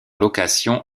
location